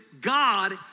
God